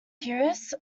keras